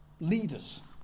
leaders